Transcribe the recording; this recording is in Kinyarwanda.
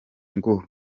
ngo